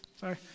Sorry